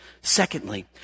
Secondly